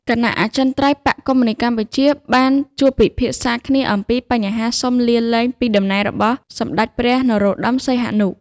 គណៈអចិន្ត្រៃយ៍បក្សកុម្មុយនីសកម្ពុជាបានជួបពិភាក្សាគ្នាអំពីបញ្ហាសុំលាលែងពី តំណែងរបស់សម្តេចព្រះ នរោត្តម សីហនុ។